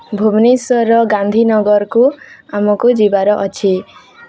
ଭୁବନେଶ୍ୱର ଗାନ୍ଧୀନଗରକୁ ଆମକୁ ଯିବାର ଅଛି